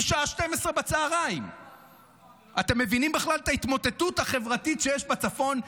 משעה 12:00. אתם מבינים בכלל את ההתמוטטות החברתית שיש בצפון,